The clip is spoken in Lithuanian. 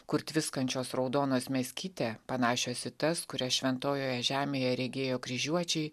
kur tviskančios raudonos meskite panašios į tas kurias šventojoje žemėje regėjo kryžiuočiai